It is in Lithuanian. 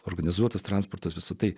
organizuotas transportas visa tai